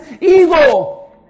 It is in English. evil